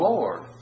Lord